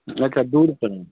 अच्छा दूर पड़ेगा